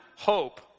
hope